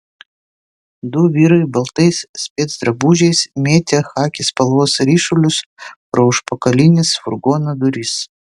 du vyrai baltais specdrabužiais mėtė chaki spalvos ryšulius pro užpakalines furgono duris